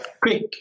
Quick